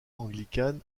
anglicane